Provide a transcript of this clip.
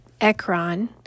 Ekron